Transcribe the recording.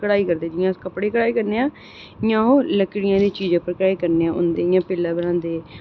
कढ़ाई करदे जि'यां अस कपड़े दी कढ़ाई करने आं इ'यां ओह् लकड़ियें दी चीज़ें पर कढ़ाई करने इ'यां उं'दे पिल्ला बनांदे